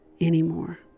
anymore